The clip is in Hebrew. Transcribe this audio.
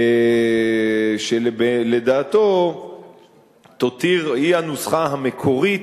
שלדעתו היא הנוסחה המקורית,